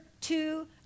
two